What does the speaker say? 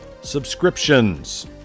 subscriptions